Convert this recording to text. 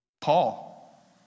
Paul